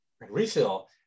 refill